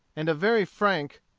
and of very frank,